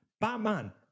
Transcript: Batman